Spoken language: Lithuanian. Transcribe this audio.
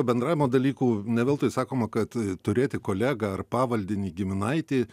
bendravimo dalykų ne veltui sakoma kad turėti kolegą ar pavaldinį giminaitį